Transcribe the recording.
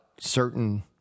certain